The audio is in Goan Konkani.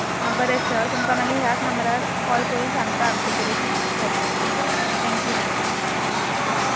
आ बरें सर तुमकां मागीर ह्यात नंबरार कॉल करून सांगता आमचें किरें थारता तें थँक्यू सर हा